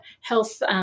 health